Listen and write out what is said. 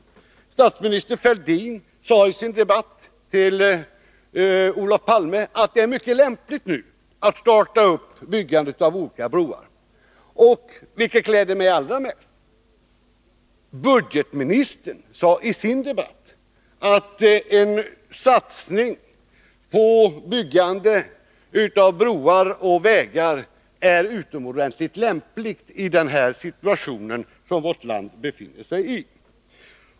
Statsminister Fälldin sade under debatten till Olof Palme att det är mycket lämpligt att nu starta upp byggandet av olika broar. Allra mest gläder det mig att budgetministern i sitt debattinlägg sade att en satsning på byggandet av broar och vägar är utomordentligt lämplig i den situation som vårt land befinner sig i.